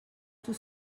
tout